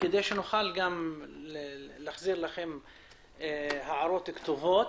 כדי שנוכל להחזיר לכם הערות כתובות.